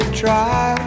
try